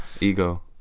ego